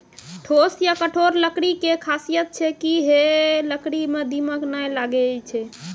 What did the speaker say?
ठोस या कठोर लकड़ी के खासियत छै कि है लकड़ी मॅ दीमक नाय लागैय छै